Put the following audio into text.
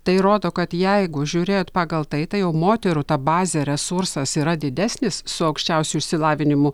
tai rodo kad jeigu žiūrėt pagal tai tai jau moterų ta bazė resursas yra didesnis su aukščiausiu išsilavinimu